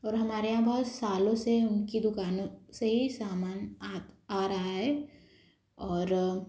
और हमारे यहाँ बहुत सालों से उनकी दुकान से ही सामान आ रहा है और